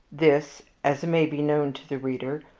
this, as may be known to the reader,